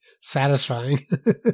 satisfying